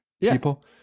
people